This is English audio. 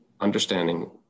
understanding